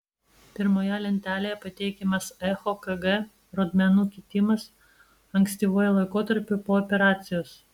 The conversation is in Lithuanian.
pirmoje lentelėje pateikiamas echokg rodmenų kitimas ankstyvuoju laikotarpiu po operacijos